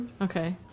okay